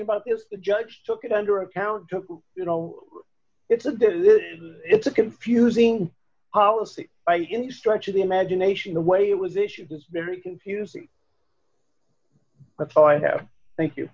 about this the judge took it under account took you know it's a it's a confusing policy by any stretch of the imagination the way it was issued it's very confusing that's all i have thank you